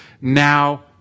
now